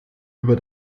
über